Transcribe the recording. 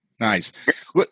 Nice